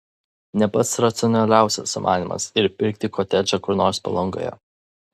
ne pats racionaliausias sumanymas ir pirkti kotedžą kur nors palangoje